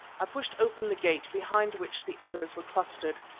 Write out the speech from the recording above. i pushed open the gate behind which the others were clustered.